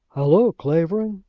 halloa, clavering,